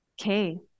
Okay